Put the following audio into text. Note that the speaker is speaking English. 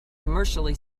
commercially